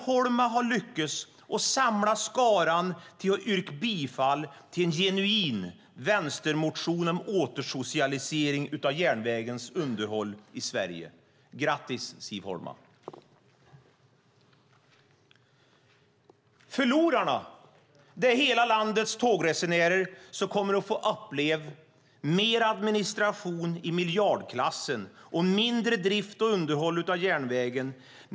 Holma har lyckats samla skaran till att yrka bifall till en genuin vänstermotion om återsocialisering av järnvägens underhåll i Sverige. Grattis, Siv Holma! Förlorarna är hela landets tågresenärer som kommer att få uppleva mer administration i miljardklassen och mindre drift och underhåll av järnvägen.